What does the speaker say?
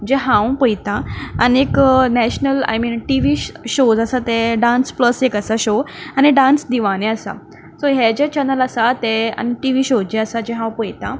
जें हांव पळयतां आनी एक national I mean TV shows आसा तें डान्स प्लस एक आसा शो आनी डान्स दिवाने आसा सो हे जें चॅनल आसात ते आनी टिवी शोज जे आसा जे हांव पळयतां